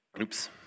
Oops